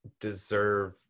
deserve –